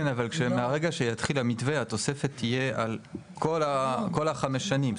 כן אבל מרגע שיתחיל המתווה התוספת תהיה על כל ה-חמש שנים.